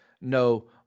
no